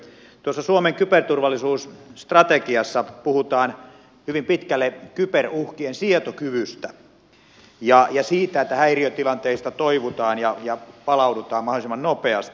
tuossa suomen kyberturvallisuusstrategiassa puhutaan hyvin pitkälle kyberuhkien sietokyvystä ja siitä että häiriötilanteista toivutaan ja palaudutaan mahdollisimman nopeasti